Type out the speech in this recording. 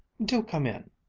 do come in.